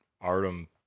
Artem